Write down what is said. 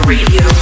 Radio